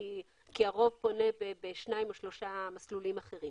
כי הרוב פונה בשניים או שלושה מסלולים אחרים